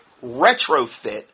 retrofit